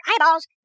eyeballs